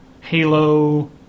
Halo